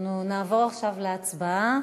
אנחנו נעבור עכשיו להצבעה,